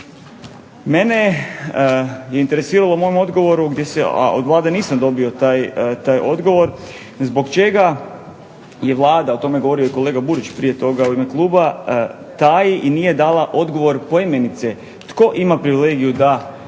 Mene je interesiralo u ovom odgovoru gdje se, a od Vlade nisam dobio taj odgovor, zbog čega je Vlada, o tome je govorio i kolega Burić prije toga u ime kluba, taji i nije dala odgovor poimence tko ima privilegiju da zgrće